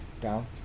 down